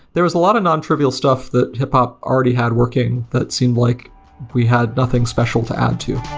there was a lot of nontrivial stuff that hiphop already had working that seemed like we had nothing special to add to.